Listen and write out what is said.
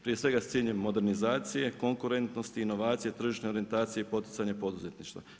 Prije svega s ciljem modernizacije, konkretnosti, inovacije, tržišne orijentacije i poticanje poduzetništva.